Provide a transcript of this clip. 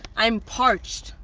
i am parched.